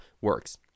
works